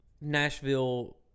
nashville